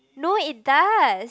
no it does